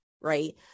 Right